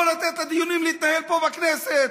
לא לתת לדיונים להתנהל פה בכנסת.